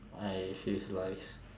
I feel it's lies